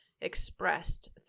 expressed